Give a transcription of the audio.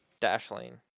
Dashlane